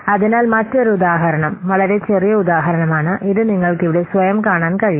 അതിനാൽ മറ്റൊരു ഉദാഹരണം വളരെ ചെറിയ ഉദാഹരണമാണ് ഇത് നിങ്ങൾക്ക് ഇവിടെ സ്വയം കാണാൻ കഴിയും